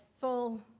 full